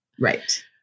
Right